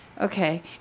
okay